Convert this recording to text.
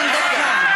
מה עמדתך?